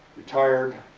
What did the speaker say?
retired.